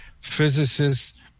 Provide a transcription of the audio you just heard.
physicists